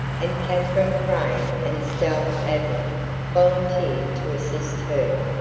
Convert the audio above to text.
and katherine crane and estelle adler volunteered to assist her.